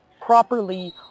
properly